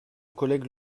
collègue